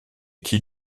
qui